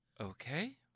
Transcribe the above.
Okay